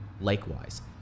Likewise